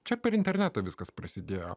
čia per internetą viskas prasidėjo